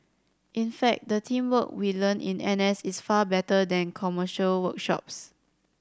in fact the teamwork we learn in N S is far better than commercial workshops